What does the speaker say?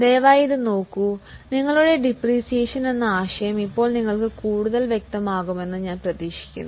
ദയവായി ഇത് നോക്കൂ മൂല്യത്തകർച്ച എന്ന ആശയം ഇപ്പോൾ നിങ്ങൾക്ക് കൂടുതൽ വ്യക്തമാകുമെന്ന് ഞാൻ പ്രതീക്ഷിക്കുന്നു